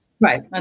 Right